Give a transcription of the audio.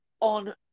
on